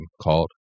called